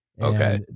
okay